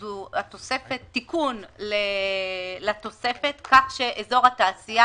תיקון לתוספת כך שאזור התעשייה